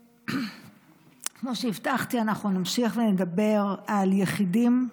כמו שהבטחתי, אנחנו נמשיך ונדבר על יחידים,